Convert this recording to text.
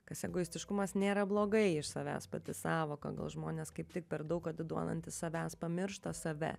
kas egoistiškumas nėra blogai iš savęs pati sąvoka gal žmonės kaip tik per daug atiduodanti savęs pamiršta save